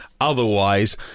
otherwise